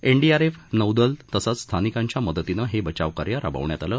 NDRF नौदल तसंच स्थानिकांच्या मदतीनं हे बचाव कार्य राबवण्यात आलं